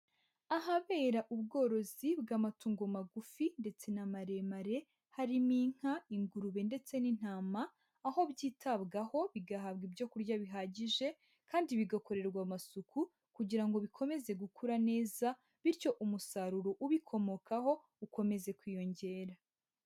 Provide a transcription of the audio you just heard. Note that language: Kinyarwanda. Ahabera ubworozi bw'amatungo magufi ndetse na maremare harimo inka, ingurube, ndetse n'intama; aho byitabwaho bigahabwa ibyo kurya bihagije kandi bigakorerwa amasuku kugira ngo bikomeze gukura neza bityo umusaruro ubikomokaho ukomeze kwiyongera.